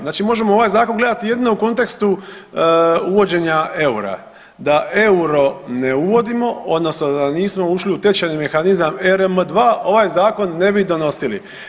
Znači možemo ovaj zakon gledati jedino u kontekstu uvođenja eura, da euro ne uvodimo, odnosno da nismo ušli u tečajni mehanizam RMN2 ovaj zakon ne bismo donosili.